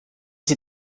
sie